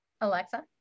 Alexa